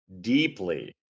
Deeply